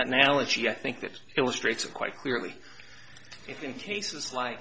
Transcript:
analogy i think that it was traits quite clearly in cases like